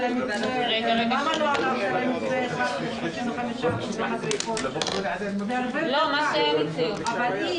ננעלה בשעה 17:05.